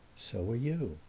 so are you.